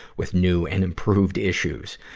with new and improved issues.